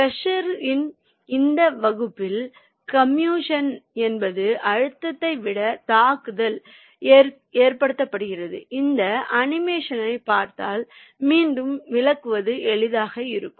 க்ரஷர்யின் இந்த வகுப்பில் கம்மியூஷன் என்பது அழுத்தத்தை விட தாக்கத்தால் ஏற்படுகிறது இந்த அனிமேஷனைப் பார்த்தால் மீண்டும் விளக்குவது எளிதாக இருக்கும்